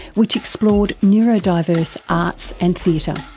which explored neurodiverse arts and theatre.